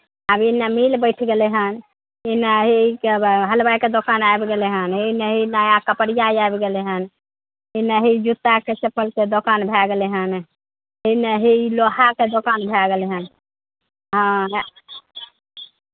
आब एन्नऽ मिल बैठ गेलै हन एन्नऽ हलुआइके दोकान आबि गेलै हन हे मे हे नया कपड़िआ आबि गेलै हन एना हे जुत्ताके चप्पलके दोकान भए गेलै हन हे मेड़ हइ ई लोहाके दोकान भए गेलै हन हँ